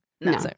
No